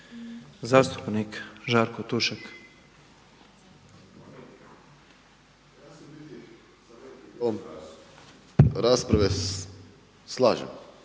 Zastupnik Žarko Tušek.